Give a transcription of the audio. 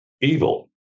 evil